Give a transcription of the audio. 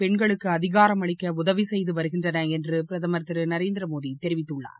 பெண்களுக்குஅதிகாரமளிக்கஉதவிசெய்துவருகின்றனஎன்றுபிரதமா திருநரேந்திரமோடிதெரிவித்துள்ளார்